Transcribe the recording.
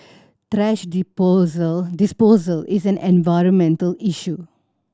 thrash disposal is an environmental issue